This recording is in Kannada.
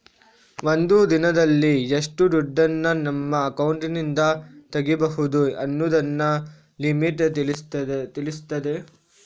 ಒಂದು ದಿನದಲ್ಲಿ ಎಷ್ಟು ದುಡ್ಡನ್ನ ನಮ್ಮ ಅಕೌಂಟಿನಿಂದ ತೆಗೀಬಹುದು ಅನ್ನುದನ್ನ ಲಿಮಿಟ್ ತಿಳಿಸ್ತದೆ